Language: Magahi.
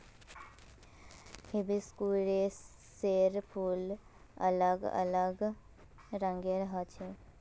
हिबिस्कुसेर फूल अलग अलग रंगेर ह छेक